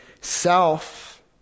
self